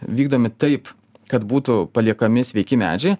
vykdomi taip kad būtų paliekami sveiki medžiai